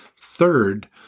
Third